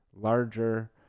larger